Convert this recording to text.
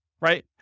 right